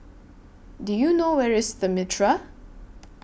Do YOU know Where IS The Mitraa